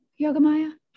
Yogamaya